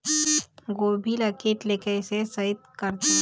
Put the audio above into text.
गोभी ल कीट ले कैसे सइत करथे?